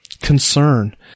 concern